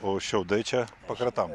o šiaudai čia pakratam